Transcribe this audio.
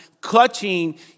clutching